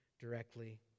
directly